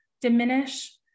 diminish